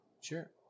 Sure